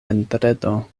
vendredo